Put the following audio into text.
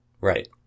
right